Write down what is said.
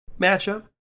matchup